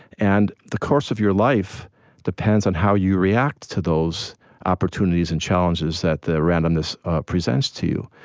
and the course of your life depends on how you react to those opportunities and challenges that the randomness presents to you.